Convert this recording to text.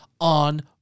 on